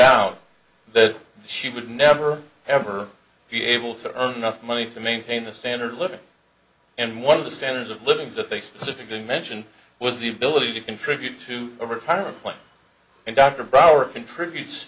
out that she would never ever be able to earn enough money to maintain the standard of living and one of the standards of living is that they specifically mention was the ability to contribute to overtime and dr brower contributes